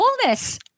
Coolness